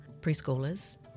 preschoolers